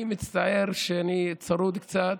אני מצטער שאני צרוד קצת,